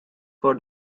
for